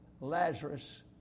Lazarus